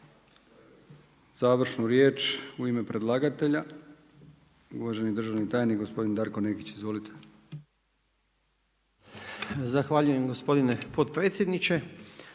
Završnu riječ u ime predlagatelja uvaženi državni tajnik gospodin Darko Nekić. Izvolite. **Nekić, Darko** Zahvaljujem gospodine potpredsjedniče.